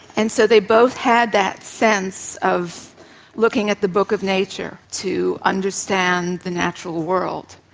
and so they both had that sense of looking at the book of nature to understand the natural world.